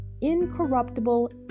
incorruptible